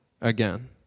again